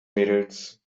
mädels